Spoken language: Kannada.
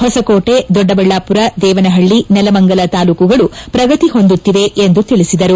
ಹೊಸಕೋಟೆ ದೊಡ್ಡಬಳ್ಳಾಪುರ ದೇವನಹಳ್ಳಿ ನೆಲಮಂಗಲ ತಾಲ್ಲೂಕುಗಳು ಪ್ರಗತಿ ಹೊಂದುತ್ತಿವೆ ಎಂದವರು ತಿಳಿಸಿದರು